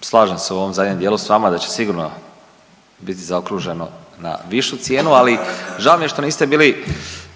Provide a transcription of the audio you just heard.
Slažem se u ovom zadnjem dijelu sa vama da će sigurno biti zaokruženo na višu cijenu, ali žao mi je što niste bili